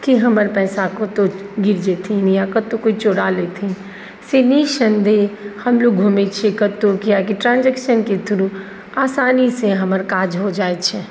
कि हमर पैसा कतहु गिर जेथिन या कतहु कोइ चोरा लेथिन से निस्सन्देह हम लोक घुमै छिए कतहु कियाकि ट्रान्जेक्शनके थ्रू आसानीसँ हमर काज हो जाइ छै